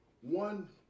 One